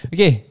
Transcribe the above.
Okay